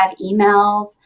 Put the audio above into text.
emails